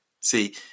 See